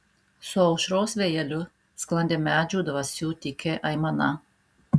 su aušros vėjeliu sklandė medžių dvasių tyki aimana